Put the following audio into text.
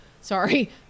sorry